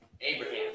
Abraham